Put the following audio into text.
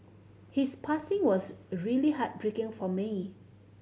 his passing was really heartbreaking for me